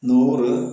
നൂറ്